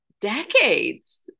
decades